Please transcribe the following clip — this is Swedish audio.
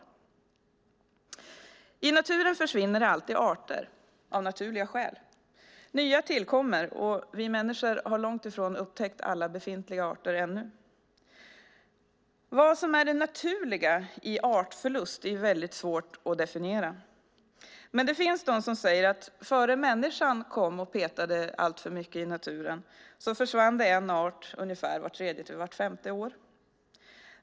I naturen försvinner alltid arter av naturliga skäl. Nya tillkommer, och vi människor har långt ifrån upptäckt alla befintliga arter ännu. Vad som är det naturliga i artförlust är väldigt svårt att definiera, men det finns de som säger att innan människan kom och petade alltför mycket i naturen försvann det en art ungefär vart tredje till vart femte år.